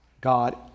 God